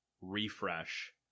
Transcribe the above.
refresh